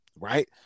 Right